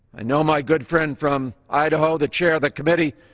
i know my good friend from idaho, the chair of the committee,